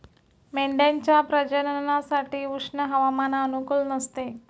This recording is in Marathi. मेंढ्यांच्या प्रजननासाठी उष्ण हवामान अनुकूल नसते